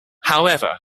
however